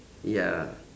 ya